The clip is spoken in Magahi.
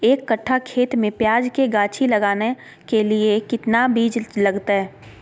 एक कट्ठा खेत में प्याज के गाछी लगाना के लिए कितना बिज लगतय?